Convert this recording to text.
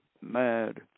mad